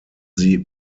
sie